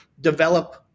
develop